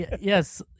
Yes